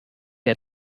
der